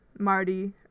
Marty